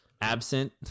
absent